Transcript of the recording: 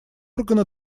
органа